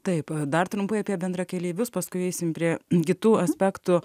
taip dar trumpai apie bendrakeleivius paskui eisim prie kitų aspektų